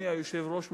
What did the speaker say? אדוני היושב-ראש,